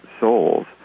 souls